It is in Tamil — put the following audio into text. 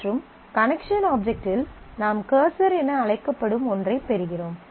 மற்றும் கனெக்சன் ஆப்ஜெக்ட் இல் நாம் கர்சர் என அழைக்கப்படும் ஒன்றைப் பெறுகிறோம்